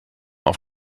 auf